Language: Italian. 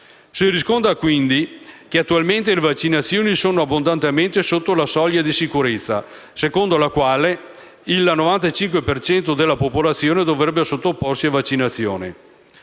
Si riscontra quindi che attualmente le vaccinazioni sono abbondantemente sotto la soglia di sicurezza, in base alla quale il 95 per cento della popolazione dovrebbe sottoporsi a vaccinazione.